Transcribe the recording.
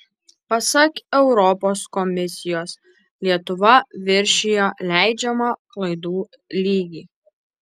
pasak europos komisijos lietuva viršijo leidžiamą klaidų lygį